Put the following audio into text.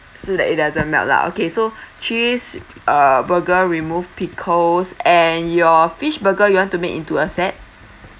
so that it doesn't melt lah okay so cheese uh burger remove pickles and your fish burger you want to make into a set